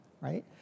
right